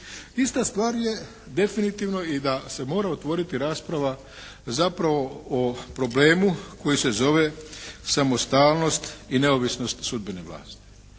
Ista stvar je definitivno i da se mora otvoriti rasprava zapravo o problemu koji se zove samostalnost i neovisnost sudbene vlasti.